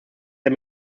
der